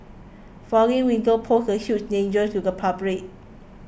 falling windows pose a huge danger to the public